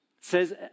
says